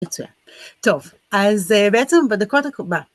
מצויין. טוב אז בעצם בדקות ב...